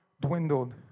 Dwindled